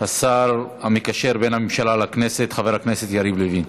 השר המקשר בין הממשלה לכנסת חבר הכנסת יריב לוין.